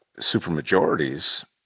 supermajorities